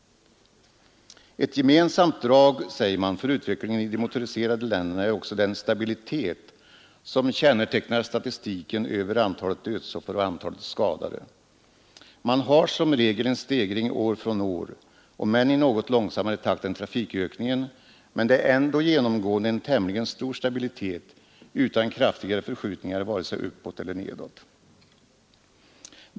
Ett gemensamt drag, sägs det, för utvecklingen i de motoriserade länderna är också den stabilitet som kännetecknar statistiken över antalet dödsoffer och antalet skadade. Man har som regel en stegring år från år — om än i något långsammare takt än trafikökningen — men det är ändå genomgående en tämligen stor stabilitet utan kraftigare förskjutningar vare sig uppåt eller nedåt.